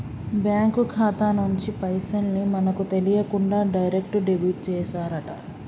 bank ఖాతా నుంచి పైసల్ ని మనకు తెలియకుండా డైరెక్ట్ డెబిట్ చేశారట